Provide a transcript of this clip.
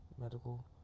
medical